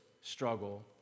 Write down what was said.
struggle